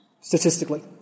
statistically